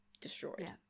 destroyed